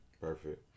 Perfect